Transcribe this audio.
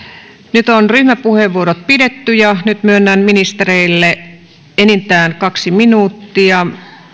nyt on ryhmäpuheenvuorot pidetty ja nyt myönnän ministereille enintään kaksi minuuttia